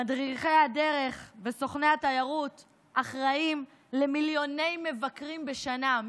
מדריכי הדרך וסוכני התיירות אחראיים למיליוני מבקרים בשנה,